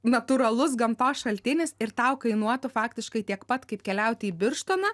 natūralus gamtos šaltinis ir tau kainuotų faktiškai tiek pat kaip keliauti į birštoną